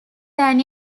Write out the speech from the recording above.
than